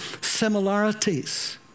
similarities